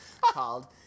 called